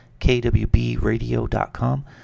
kwbradio.com